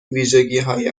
ویژگیهای